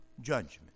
judgment